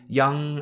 young